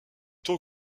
tôt